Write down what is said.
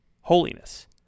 holiness